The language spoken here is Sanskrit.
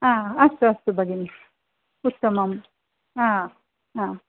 हा अस्तु अस्तु भगिनि उत्तमम् हा हा